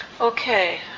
Okay